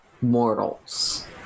mortals